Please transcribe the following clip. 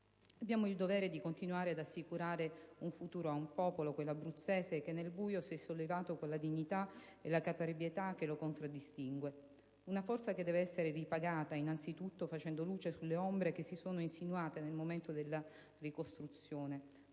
Abbiamo il dovere di continuare ad assicurare un futuro ad un popolo, quello abruzzese, che nel buio si è sollevato con la dignità e la caparbietà che lo contraddistingue. Tale forza deve essere ripagata innanzitutto facendo luce sulle ombre che si sono insinuate nel momento della ricostruzione: